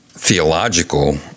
Theological